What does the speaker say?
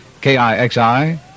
KIXI